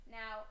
now